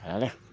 हायालै